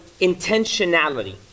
intentionality